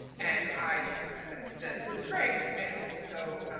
and i said, this is great and so,